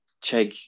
check